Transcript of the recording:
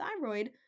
thyroid